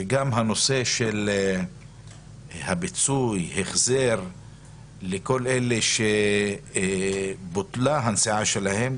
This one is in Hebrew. שגם הנושא של הפיצוי וההחזרים לכל אלה שבוטלה הנסיעה שלהם,